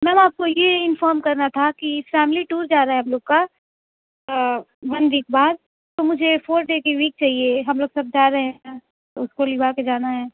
میم آپ کو یہ انفارم کرنا تھا کہ فیملی ٹور جا رہا ہے ہم لوگ کا ون ویک بعد تو مجھے فور ڈے کی لیو چاہیے ہم لوگ سب جا رہے ہیں تو اُس کو لیو آ کے جانا ہے